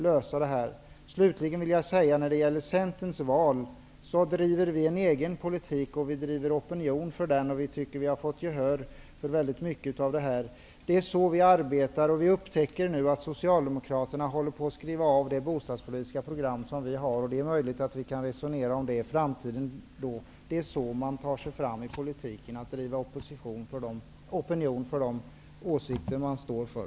När det gäller Centerns val, vill jag slutligen säga att vi driver en egen politik. Vi driver opi nion för den. Vi tycker att vi har fått gehör för mycket av detta. Det är så vi arbetar, och vi upp täcker nu att Socialdemokraterna håller på att skriva av det bostadspolitiska program som vi har. Det är möjligt att vi kan resonera om det i framti den. Det är så man tar sig fram i politiken. Man driver opinion för de åsikter man står för.